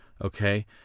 okay